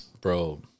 bro